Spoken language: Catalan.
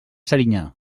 serinyà